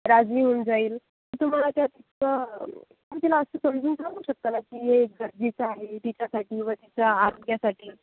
राजी होऊन जाईल तुम्हाला काही असं तुम्ही तिला समजून सांगू शकता ना की हे गरजेचं आहे तिच्यासाठी व तिच्या आरोग्यासाठी